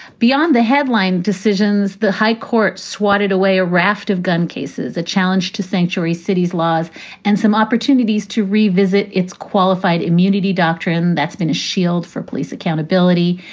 beyond the headline decisions, the high court swatted away a raft of gun cases, a challenge to sanctuary cities, laws and some opportunities to revisit its qualified immunity doctrine. that's been a shield for police accountability.